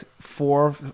four